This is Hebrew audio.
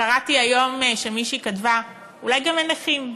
קראתי היום שמישהי כתבה: אולי גם אין נכים.